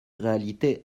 réalité